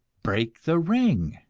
break the ring!